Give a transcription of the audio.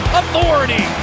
authority